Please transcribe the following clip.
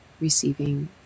receiving